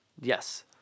Yes